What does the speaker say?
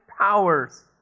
powers